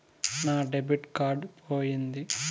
నా debit card పోయింది